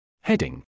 Heading